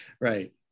Right